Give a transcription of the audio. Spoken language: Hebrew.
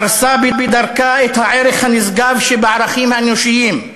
דרסה בדרכה את הערך הנשגב שבערכים האנושיים: